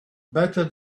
better